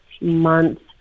months